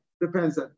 depends